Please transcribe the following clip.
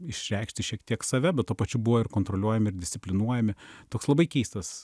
išreikšti šiek tiek save bet tuo pačiu buvo ir kontroliuojami ir disciplinuojami toks labai keistas